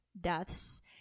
deaths